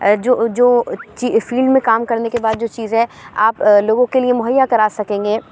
جو جو فلیڈ میں کام کرنے کے بعد جو چیزیں آپ لوگوں کے لیے مہیا کرا سکیں گے